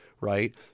right